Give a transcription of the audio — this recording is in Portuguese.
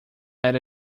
era